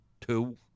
two